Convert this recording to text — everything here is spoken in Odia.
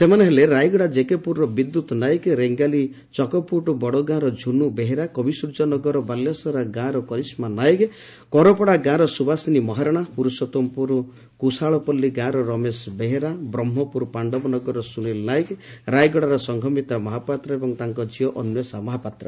ସେମାନେ ହେଲେରାୟଗଡା ଜେକେପୁରର ବିଦ୍ୟୁତ ନାୟକ ରେଙ୍ଗାଲି ଚକପୁଟ ବଡଗାଁର ଝୁନୁ ବେହେରା କବିସ୍ର୍ଯ୍ୟ ନଗର ବାଲ୍ୟାସରା ଗାଁର କରିସ୍କା ନାୟକ କରପଡା ଗାଁର ସୁବାସିନୀ ମହାରଣା ପୁରୁଷୋଉମପୁର କୁସାଳାପଲ୍ଲୀ ଗାଁର ରମେଶ ବେହେରା ବ୍ରହ୍କପୁର ପାଣ୍ଡବ ନଗରର ସୁନୀଲ ନାୟକ ରାୟଗଡାର ସଂଘମିତ୍ରା ମହାପାତ୍ର ଏବଂ ତାଙ୍କ ଝିଅ ଅନ୍ୱେଷା ମହାପାତ୍ର